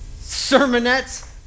sermonettes